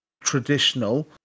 traditional